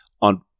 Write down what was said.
on